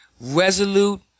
resolute